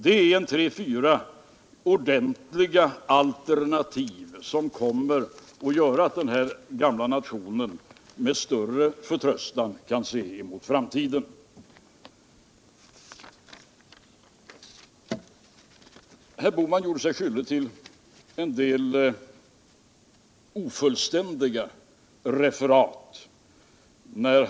Det är tre fyra ordentliga alternativ, som kommer att göra att den här gamla nationen med större förtröstan kan se mot framtiden. Herr Bohman gjorde sig skyldig till en del ofullständiga referat.